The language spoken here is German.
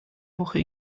woche